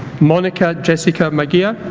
monica jessica maghiar